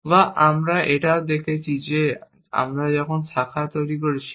বা আমরা এটাও দেখেছি যে আমরা যখন শাখা করছি